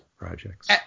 projects